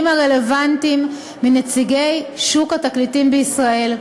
הרלוונטיים מנציגי שוק התקליטים בישראל,